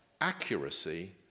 accuracy